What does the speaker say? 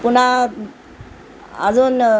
पुन्हा अजून